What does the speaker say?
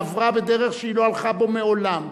עברה בדרך שהיא לא הלכה בה מעולם,